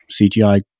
CGI